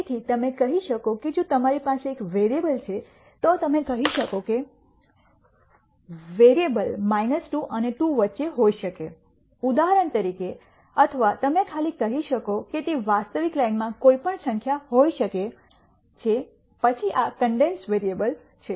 તેથી તમે કહી શકો કે જો તમારી પાસે એક વેરીએબલ છે તો તમે કહી શકો કે વેરીએબલ 2 અને 2 વચ્ચે હોઈ શકે ઉદાહરણ તરીકે અથવા તમે ખાલી કહી શકો કે તે વાસ્તવિક લાઇનમાં કોઈપણ સંખ્યા હોઈ શકે છે પછી આ કન્ડેન્સ્ડ વેરીએબલ્સ છે